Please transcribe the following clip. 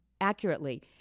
accurately